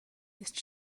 ist